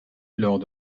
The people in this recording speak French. lors